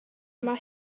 mai